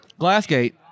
Glassgate